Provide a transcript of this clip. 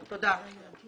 תודה.